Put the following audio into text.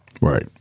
Right